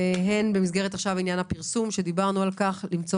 ועניין הפרסום עליו דיברנו.